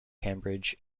cambridge